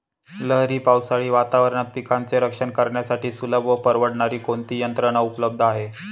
लहरी पावसाळी वातावरणात पिकांचे रक्षण करण्यासाठी सुलभ व परवडणारी कोणती यंत्रणा उपलब्ध आहे?